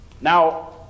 Now